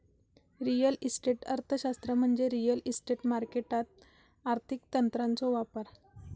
real estate अर्थशास्त्र म्हणजे real estate मार्केटात आर्थिक तंत्रांचो वापर